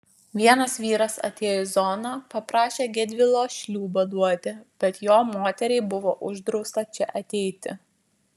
vienas vyras atėjo į zoną paprašė gedvilo šliūbą duoti bet jo moteriai buvo uždrausta čia ateiti